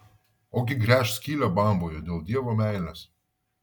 ogi gręš skylę bamboje dėl dievo meilės